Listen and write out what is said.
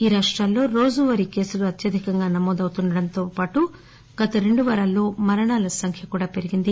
ఈ రాష్టాల్లో రోజువారీ కేసులు అత్యధికంగా నమోదు అవుతుండటంతో పాటు గత రెండు వారాల్లో మరణాల సంఖ్య కూడా పెరిగింది